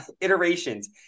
iterations